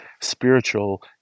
spiritual